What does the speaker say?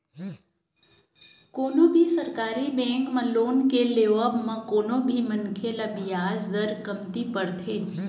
कोनो भी सरकारी बेंक म लोन के लेवब म कोनो भी मनखे ल बियाज दर कमती परथे